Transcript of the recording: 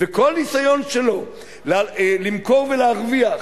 וכל ניסיון שלו למכור ולהרוויח